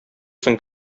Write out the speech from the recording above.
соң